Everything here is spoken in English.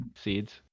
seeds